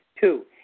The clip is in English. Two